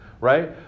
right